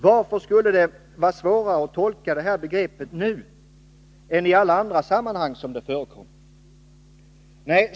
Varför skulle det vara svårare att tolka detta begrepp här än i alla andra sammanhang där det förekommer?